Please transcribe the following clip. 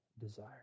desire